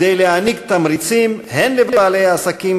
כדי להעניק תמריצים הן לבעלי העסקים